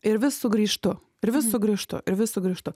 ir vis sugrįžtu ir vis sugrįžtu ir vis sugrįžtu